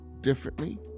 differently